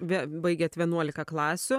vė baigėt vienuolika klasių